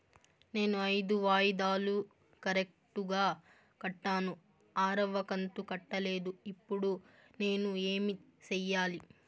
నేను ఐదు వాయిదాలు కరెక్టు గా కట్టాను, ఆరవ కంతు కట్టలేదు, ఇప్పుడు నేను ఏమి సెయ్యాలి?